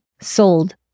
sold